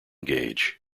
gauge